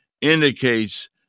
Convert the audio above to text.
indicates